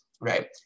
right